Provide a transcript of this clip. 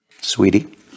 Sweetie